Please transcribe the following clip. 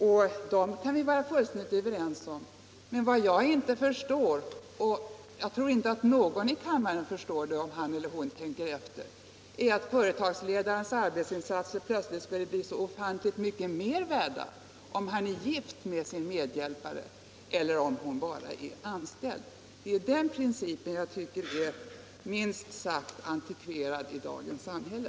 Det är vi fullständigt överens om. Men vad jag inte förstår — jag tror inte att någon i kammaren förstår det, om han eller hon tänker efter — är att en företagsledares arbetsinsatser plötsligt skulle bli så ofantligt mycket mer värda om han är gift med sin medhjälpare och dennes i motsvarande mån mindre värda. Den principen är minst sagt antikverad i dagens samhälle.